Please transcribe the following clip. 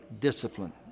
discipline